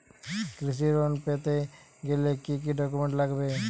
কৃষি লোন পেতে গেলে কি কি ডকুমেন্ট লাগবে?